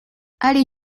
allée